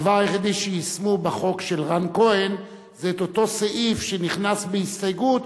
הדבר היחידי שיישמו בחוק של רן כהן זה את אותו סעיף שנכנס בהסתייגות,